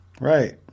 Right